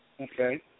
Okay